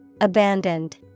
Abandoned